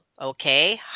okay